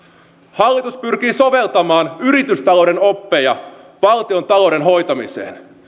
hallitus pyrkii soveltamaan yritystalouden oppeja valtiontalouden hoitamiseen